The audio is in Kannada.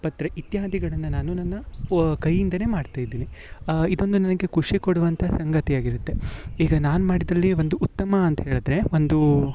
ಪತ್ರೆ ಇತ್ಯಾದಿಗಳನ್ನು ನಾನು ನನ್ನ ವಾ ಕೈಯಿಂದನೆ ಮಾಡ್ತಾ ಇದ್ದೇನೆ ಇದೊಂದು ನನಗೆ ಖುಷಿ ಕೊಡುವಂಥ ಸಂಗತಿ ಆಗಿರುತ್ತೆ ಈಗ ನಾನು ಮಾಡಿದ್ದರಲ್ಲಿ ಒಂದು ಉತ್ತಮ ಅಂತ ಹೇಳಿದರೆ ಒಂದು